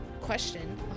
question